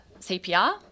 CPR